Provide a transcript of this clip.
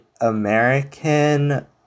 American